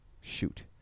Shoot